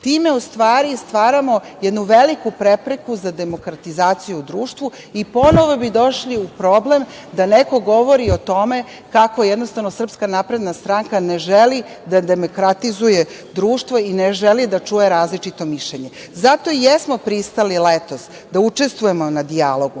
Time, u stvari, stvaramo jednu veliku prepreku za demokratizaciju u društvu i ponovo bi došli u problem da neko govori o tome kako jednostavno SNS ne želi da demokratizuje društvo i ne želi da čuje različito mišljenje. Zato i jesmo pristali letos da učestvujemo u dijalogu.